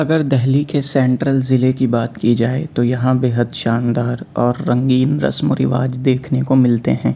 اگر دہلی کے سینٹرل ضلع کی بات کی جائے تو یہاں بےحد شاندار اور رنگین رسم و رواج دیکھنے کو ملتے ہیں